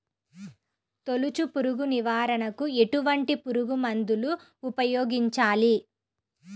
తొలుచు పురుగు నివారణకు ఎటువంటి పురుగుమందులు ఉపయోగించాలి?